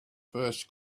first